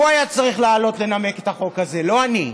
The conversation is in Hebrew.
הוא היה צריך לעלות לנמק את החוק הזה, לא אני.